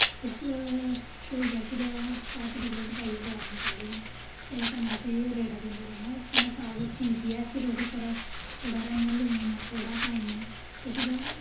फिर श धोइयै फिर भाई पतीले च पाइयै बोआलने चाढ़ी ओड़ना ते कन्नै उस्सी रेड़ा दिंदे रौह्ना कन्नै साग चीरियै फिर ओह्दे उप्पर थोह्ड़ा हारा इ'यां लून थोह्ड़ा पाई ओड़ना ते फिर